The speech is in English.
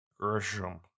grisham